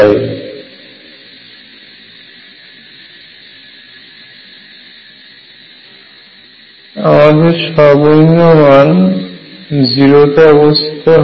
এখানে আমাদের প্রথম সর্বনিম্ন মান 0 তে অবস্থিত হয়